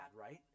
Right